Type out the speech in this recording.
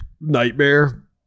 nightmare